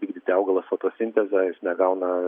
vykdyti augalas fotosintezę jis negauna